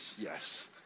yes